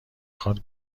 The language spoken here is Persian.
خواد